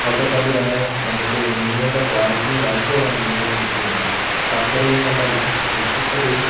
ഒക്കെ കൊണ്ട് തന്നെ നമുക്ക് മീനുകളുടെ ക്വാളിറ്റിയും വലിപ്പവുമുള്ള മീനുകളേയും കിട്ടുന്നില്ല ഫാക്ടറിയിൽ നിന്നുള്ള വിശ വിഷ പുകയും